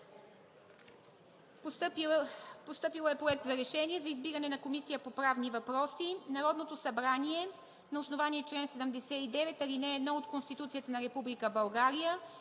Постъпил е: „Проект! РЕШЕНИЕ за избиране на Комисия по правни въпроси Народното събрание на основание чл. 79, ал. 1 от Конституцията на Република България